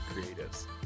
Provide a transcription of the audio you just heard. creatives